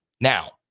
Now